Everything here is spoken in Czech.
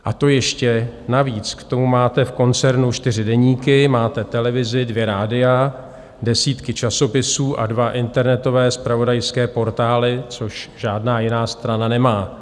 A to ještě navíc k tomu máte v koncernu čtyři deníky, máte televizi, dvě rádia, desítky časopisů a dva internetové zpravodajské portály, což žádná jiná strana nemá.